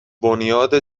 بنیاد